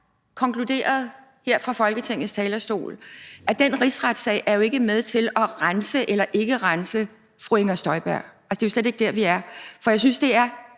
konkluderet her fra Folketingets talerstol, at den rigsretssag jo ikke er med til at rense eller ikke rense fru Inger Støjberg. Det er jo slet ikke der, vi er. For jeg synes, at